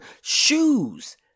shoes